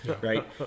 Right